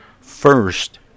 first